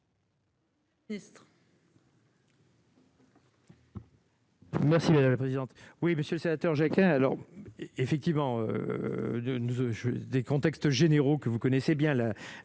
Merci madame la présidente, oui, Monsieur le Sénateur Jacquin alors effectivement de nous des contextes généraux que vous connaissez bien le